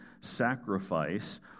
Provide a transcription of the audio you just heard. sacrifice